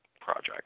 project